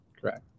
Correct